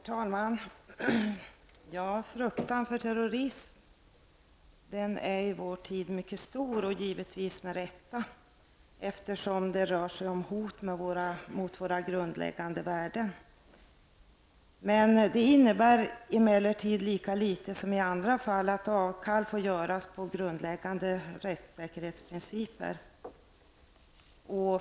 Herr talman! Fruktan för terrorism är i vår tid mycket stor, givetvis med rätta eftersom det rör sig om hot mot våra grundläggande värden. Det innebär emellertid lika litet som i andra fall att avkall får göras på grundläggande rättssäkerhetsprinciper.